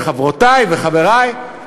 חברותי וחברי,